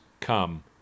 come